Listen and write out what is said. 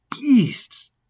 beasts